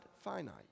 finite